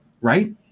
right